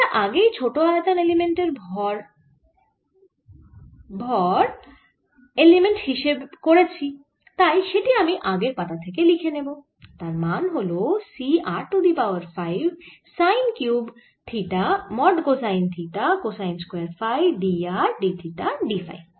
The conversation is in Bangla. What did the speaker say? আমরা আগেই ছোট আয়তন এলিমেন্টের ভর এলিমেন্ট হিসেব করেছি তাই সেটি আমি আগের পাতা থেকে লিখে নেব তার মান হল C r to the power 5 sine cube theta mod cosine theta cosine square phi d r d theta d phi